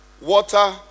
water